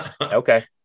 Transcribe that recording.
Okay